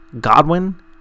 Godwin